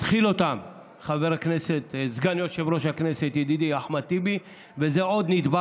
אם יושב-ראש הכנסת רוצה, לא, זה לא על